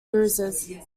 bruises